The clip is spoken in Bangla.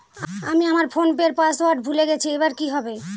আমি আমার ফোনপের পাসওয়ার্ড ভুলে গেছি এবার কি হবে?